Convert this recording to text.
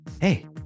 Hey